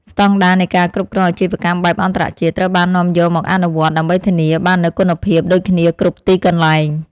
ស្តង់ដារនៃការគ្រប់គ្រងអាជីវកម្មបែបអន្តរជាតិត្រូវបាននាំយកមកអនុវត្ត ដើម្បីធានាបាននូវគុណភាពដូចគ្នាគ្រប់ទីកន្លែង។